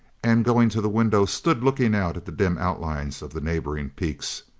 and, going to the window, stood looking out at the dim outlines of the neighboring peaks.